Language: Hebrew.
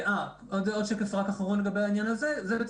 עוד שקף אחרון לגבי העניין הזה זה בעצם